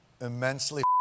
immensely